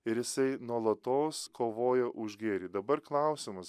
ir jisai nuolatos kovoja už gėrį dabar klausimus